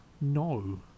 no